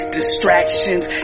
Distractions